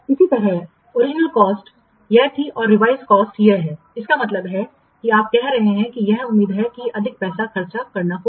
इसी तरह Orignal costमूल लागत यह थी और revised costसंशोधित लागत यह है इसका मतलब है कि आप कह रहे हैं कि यह उम्मीद है कि अधिक पैसा खर्च करना होगा